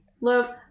love